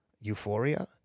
euphoria